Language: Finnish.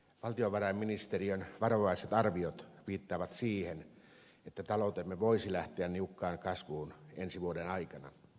valtiovarainministeriön varovaiset arviot viittaavat siihen että taloutemme voisi lähteä niukkaan kasvuun ensi vuoden aikana